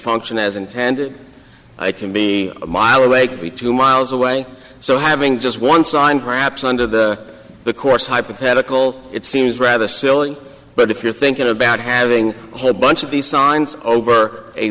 function as intended i can be a mile away could be two miles away so having just one sign perhaps under the the course hypothetical it seems rather silly but if you're thinking about having a bunch of these signs over a